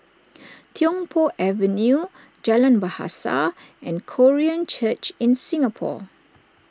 Tiong Poh Avenue Jalan Bahasa and Korean Church in Singapore